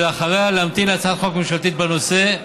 ואחריה להמתין להצעת חוק ממשלתית בנושא,